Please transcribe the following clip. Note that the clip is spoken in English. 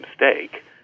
mistake